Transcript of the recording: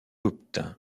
obtint